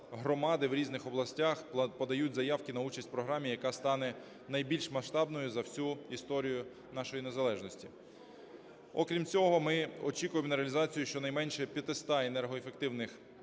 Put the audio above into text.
громади в різних областях подають заявки на участь у програмі, яка стане найбільш масштабною за всю історію нашої незалежності. Окрім цього, ми очікуємо на реалізацію щонайменше 500 енергоефективних